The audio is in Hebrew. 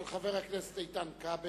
של חבר הכנסת איתן כבל: